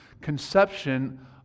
conception